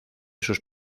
sus